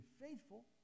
faithful